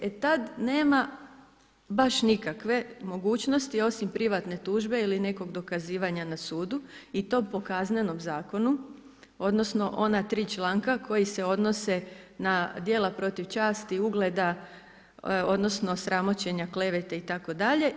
E tad nema baš nikakve mogućnosti osim privatne tužbe ili nekog dokazivanja na sudu i to po Kaznenom zakonu, odnosno ona tri članka koji se odnose na djela protiv časti i ugleda, odnosno sramoćenja, klevete itd.